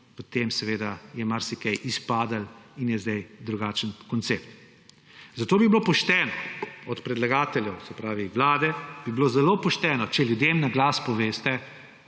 potem seveda je marsikaj izpadlo in je sedaj drugačen koncept. Zato bi bilo pošteno od predlagateljev, se pravi Vlade, bi bilo zelo pošteno, če ljudem naglas poveste,